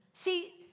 See